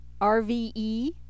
RVE